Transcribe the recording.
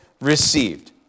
received